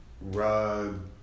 rug